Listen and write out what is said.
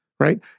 right